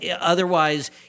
otherwise